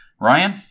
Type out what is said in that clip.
Ryan